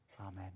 Amen